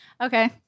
okay